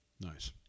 Nice